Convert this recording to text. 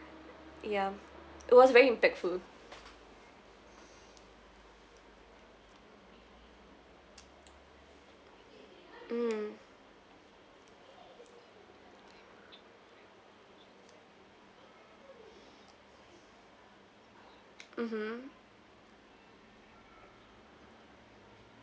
ya it was very impactful mm mmhmm